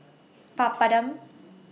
Papadum